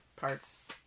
parts